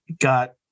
got